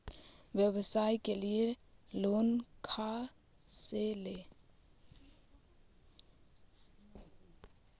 व्यवसाय के लिये लोन खा से ले?